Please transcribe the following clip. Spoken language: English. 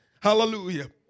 Hallelujah